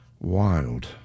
Wild